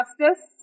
justice